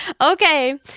okay